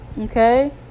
okay